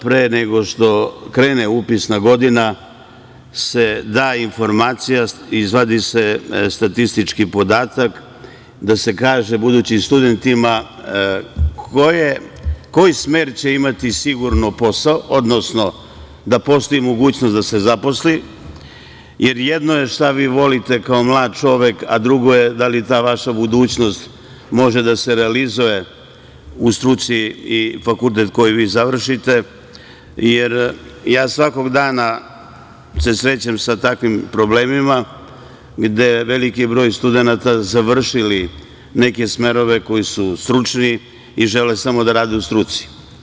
Pre nego što krene upisna godina da se da informacija, izvadi se statistički podatak, da se kaže budućim studentima koji smer će imati sigurno posao, odnosno da postoji mogućnost da se zaposli, jer jedno je šta vi volite kao mlad čovek a drugo je da li ta vaša budućnost može da se realizuje u struci i fakultet koji vi završite, jer svakog dana se srećem sa takvim problemima gde veliki broj studenata završili neke smerove koji su stručni i žele samo da rade u struci.